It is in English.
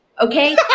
Okay